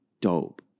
dope